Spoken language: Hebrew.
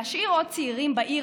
להשאיר עוד צעירים בעיר,